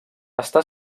està